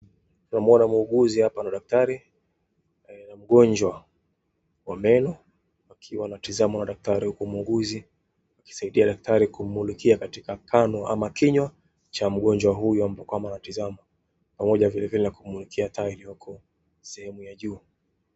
Tunamwona muuguzi hapa na daktari, na mgonjwa wa meno wakiwa wanatazama na daktari na muuguzi akisaidia daktari kumulika akiwa kano ama kinywa cha mgonjwa huyu ambayo wanatizama wakiwa na taa iliyo sehemu ya juu.